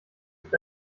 ist